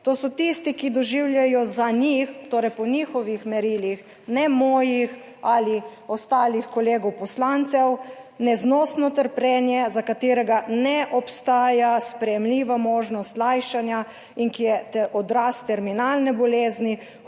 To so tisti, ki doživljajo za njih, torej po njihovih merilih, ne mojih ali ostalih kolegov poslancev, neznosno trpljenje, za katerega ne obstaja sprejemljiva možnost lajšanja in ki je odraz terminalne bolezni,